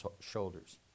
shoulders